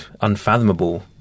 unfathomable